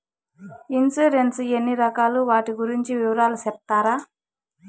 Insurance ఎన్ని రకాలు వాటి గురించి వివరాలు సెప్తారా?